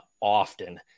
often